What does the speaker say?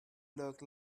look